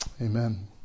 Amen